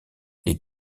les